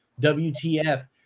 WTF